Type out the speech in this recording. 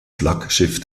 flaggschiff